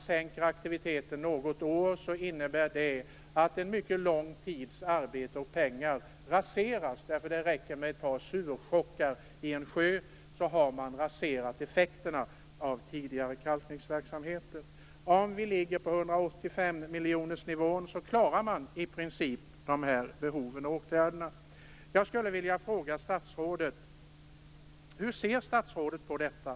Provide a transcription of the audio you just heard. Sänks aktiviteten under något år innebär det att en mycket lång tids arbete och resurser raseras. Det räcker med ett par surchockar i en sjö för att rasera effekterna av tidigare kalkningsverksamhet. Om vi ligger på 185 miljonersnivån klarar man i princip behoven. Jag vill fråga statsrådet: Hur ser statsrådet på detta?